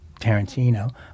Tarantino